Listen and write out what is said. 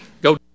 Go